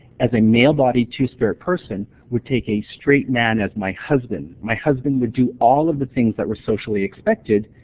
as a male-bodied two-spirit person would take a straight man as my husband. my husband would do all of the things that were socially expected,